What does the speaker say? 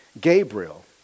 Gabriel